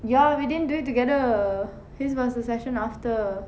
ya we didn't do it together his was the session after